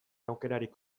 aukerarik